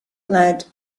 led